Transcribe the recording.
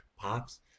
Pops